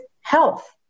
health